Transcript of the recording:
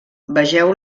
vegeu